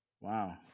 Wow